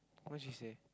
what she say